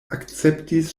akceptis